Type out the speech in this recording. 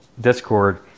Discord